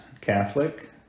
Catholic